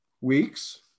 weeks